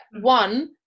one